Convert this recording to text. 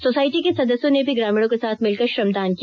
society के सदस्यों ने भी ग्रामीणों के साथ मिलकर श्रमदान किया